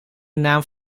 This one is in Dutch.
naam